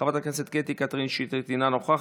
חברת הכנסת קטי קטרין שטרית, אינה נוכחת,